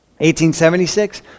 1876